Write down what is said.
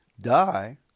Die